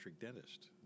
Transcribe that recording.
dentist